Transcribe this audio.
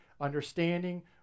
understanding